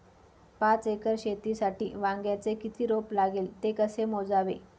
पाच एकर शेतीसाठी वांग्याचे किती रोप लागेल? ते कसे मोजावे?